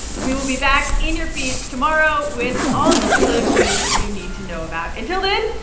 we will be back in your feeds tomorrow with all the political news you need to know about. until then,